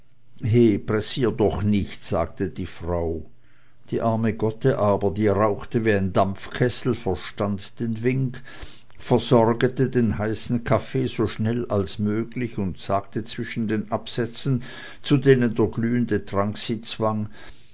pressiere doch nicht sagte die frau die arme gotte aber die rauchte wie ein dampfkessel verstand den wink versorgete den heißen kaffee so schnell als möglich und sagte zwischen den absätzen zu denen der glühende trank sie zwang